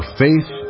faith